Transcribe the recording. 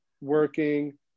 working